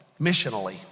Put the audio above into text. missionally